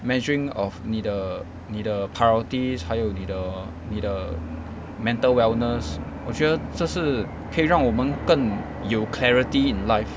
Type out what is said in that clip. measuring of 你的你的 priorities 还有你的你的 mental wellness 我觉得这是可以让我们更有 clarity in life